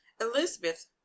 Elizabeth